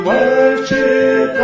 Worship